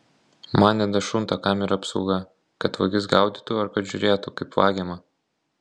man nedašunta kam yra apsauga kad vagis gaudytų ar kad žiūrėtų kaip vagiama